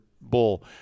bull